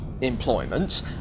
employment